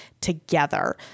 together